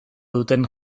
duten